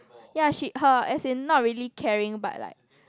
yea she her as in not really carrying but like